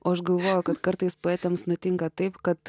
o aš galvoju kad kartais poetams nutinka taip kad